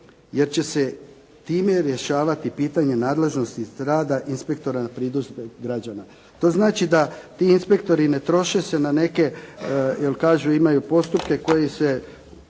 jer će se time rješavati pitanje nadležnosti rada inspektora na pritužbe građana. To znači da ti inspektori ne troše se na neke, jer kažu imaju postupke koji se